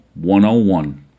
101